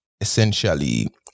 essentially